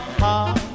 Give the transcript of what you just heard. heart